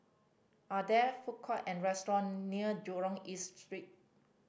are there food court and restaurant near Jurong East Street